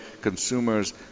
consumers